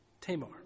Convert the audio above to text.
Tamar